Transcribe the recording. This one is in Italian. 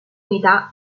unità